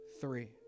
three